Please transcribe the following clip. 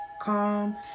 calm